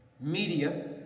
media